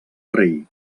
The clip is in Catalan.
rei